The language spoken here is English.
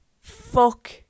fuck